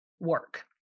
work